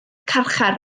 carchar